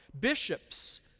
Bishops